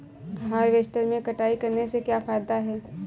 Harvester से कटाई करने से क्या फायदा है?